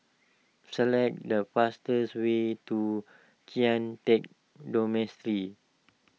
select the fastest way to Kian Teck